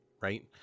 right